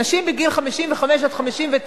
נשים בגיל 55 59,